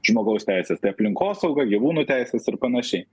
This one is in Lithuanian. žmogaus teisės tai aplinkosauga gyvūnų teisės ir panašiai